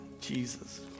Jesus